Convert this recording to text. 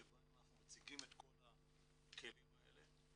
שבו אנחנו מציגים את כל הכלים האלה,